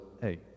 hey